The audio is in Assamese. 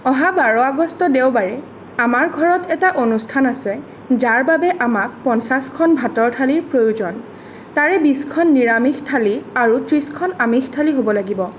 অহা বাৰ আগষ্ট দেওবাৰে আমাৰ ঘৰত এটা অনুষ্ঠান আছে যাৰ বাবে আমাক পঞ্চাশখন ভাতৰ থালিৰ প্ৰয়োজন তাৰে বিশখন নিৰামিষ থালি আৰু ত্ৰিশখন আমিষ থালি হ'ব লাগিব